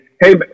Hey